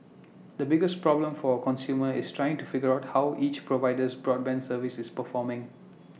the biggest problem for A consumer is trying to figure out how each provider's broadband service is performing